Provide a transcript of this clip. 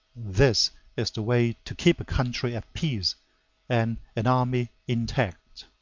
this is the way to keep a country at peace and an army intact.